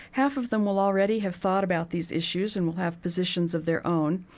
half of them will already have thought about these issues and will have positions of their own.